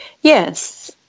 Yes